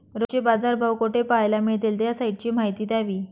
रोजचे बाजारभाव कोठे पहायला मिळतील? त्या साईटची माहिती द्यावी